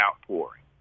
outpouring